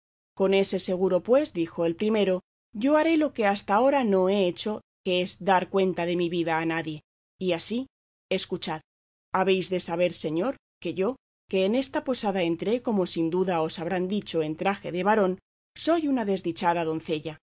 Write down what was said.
con ese seguro pues dijo el primero yo haré lo que hasta ahora no he hecho que es dar cuenta de mi vida a nadie y así escuchad habéis de saber señor que yo que en esta posada entré como sin duda os habrán dicho en traje de varón soy una desdichada doncella